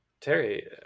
terry